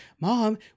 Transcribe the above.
mom